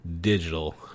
digital